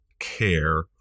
care